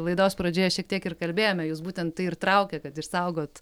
laidos pradžioje šiek tiek ir kalbėjome jūs būtent tai ir traukė kad išsaugot